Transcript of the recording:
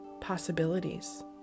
possibilities